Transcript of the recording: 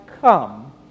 come